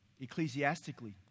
ecclesiastically